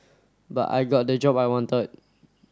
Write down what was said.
but I got the job I wanted